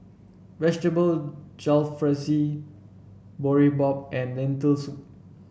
Vegetable Jalfrezi Boribap and Lentil Soup